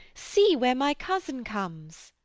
see where my cousin comes!